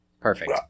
Perfect